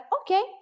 okay